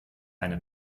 eine